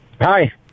Hi